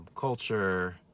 culture